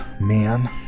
man